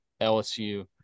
LSU